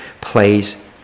plays